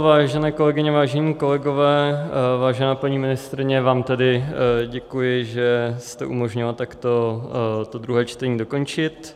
Vážené kolegyně, vážení kolegové, vážená paní ministryně, vám tedy děkuji, že jste umožnila takto to druhé čtení dokončit.